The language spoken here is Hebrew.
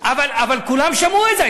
אבל כולם שמעו את זה.